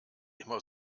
immer